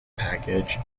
package